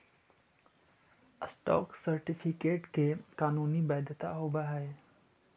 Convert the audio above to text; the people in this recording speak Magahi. स्टॉक सर्टिफिकेट के कानूनी वैधता होवऽ हइ